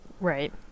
right